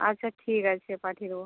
আচ্ছা ঠিক আছে পাঠিয়ে দেবো